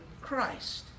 Christ